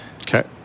Okay